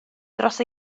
dros